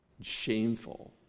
Shameful